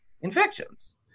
infections